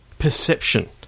perception